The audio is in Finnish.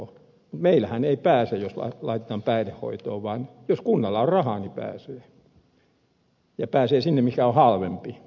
mutta meillähän ei pääse jos laitetaan päihdehoitoon vaan jos kunnalla on rahaa niin pääsee ja pääsee sinne mikä on halvempi